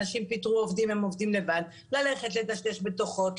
אנשים פיטרו עובדים והם עובדים לבד ללכת לדשדש בדוחות,